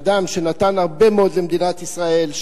אדם שנתן הרבה מאוד למדינת ישראל,